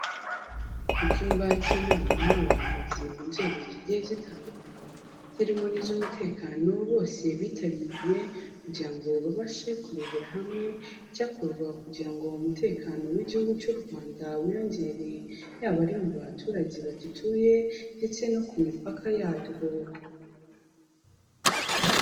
Mu cyumba k'inama, abayobozi mu nzego zigiye zitandukanye zirimo n'iz'umutekano bose bitabiriye kugira ngo babashe kurebera hamwe icyakorwa kugira ngo umutekano w'igihugu cy'u Rwanda wiyongere yaba ari mu baturage bagituye, ndetse no ku mipaka yacyo.